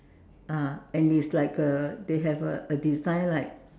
ah and it's like a they have a a design like